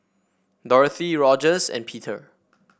Dorothy Rogers and Peter